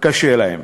קשה להן.